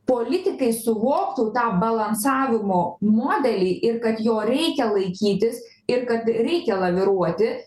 politikai suvoktų tą balansavimo modelį ir kad jo reikia laikytis ir kad reikia laviruoti